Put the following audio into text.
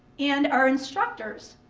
and our instructors.